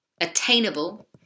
attainable